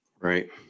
Right